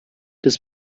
des